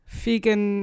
vegan